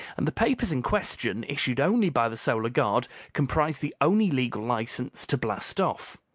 and the papers in question, issued only by the solar guard, comprised the only legal license to blast off.